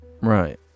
Right